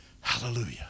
Hallelujah